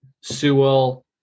Sewell